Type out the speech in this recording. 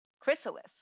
chrysalis